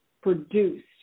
produced